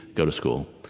go to school.